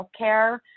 healthcare